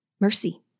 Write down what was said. mercy